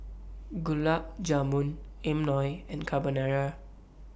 Gulab Jamun Imoni and Carbonara